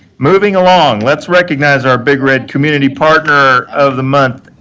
moving along, let's recognize our big red community partner of the month,